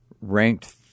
ranked